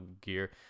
gear